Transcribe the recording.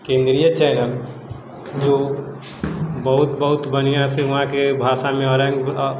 केन्द्रीय चैनल जो बहुत बहुत बन्हियाँसँ वहाँके भाषामे